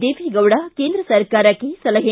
ದೇವೇಗೌಡ ಕೇಂದ್ರ ಸರ್ಕಾರಕ್ಕೆ ಸಲಹೆ